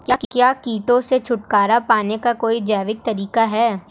क्या कीटों से छुटकारा पाने का कोई जैविक तरीका है?